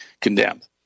condemned